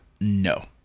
no